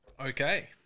Okay